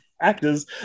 actors